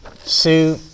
Sue